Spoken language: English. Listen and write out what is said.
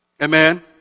Amen